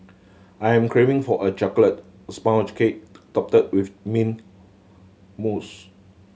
I am craving for a chocolate sponge cake topped with mint mousse